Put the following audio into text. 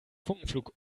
funkenflug